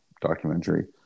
documentary